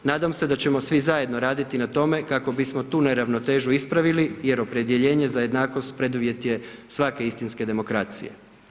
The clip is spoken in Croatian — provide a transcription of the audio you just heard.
Nadam se da ćemo svi zajedno raditi na tome kako bi smo tu neravnotežu ispravili jer opredjeljenje za jednakost preduvjet je svake istinske demokracije.